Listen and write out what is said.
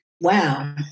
wow